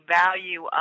value